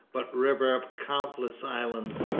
but river of countless islands,